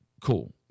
cool